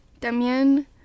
también